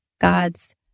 God's